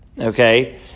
okay